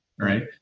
Right